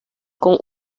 con